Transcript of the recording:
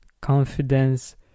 confidence